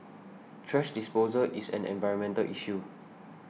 thrash disposal is an environmental issue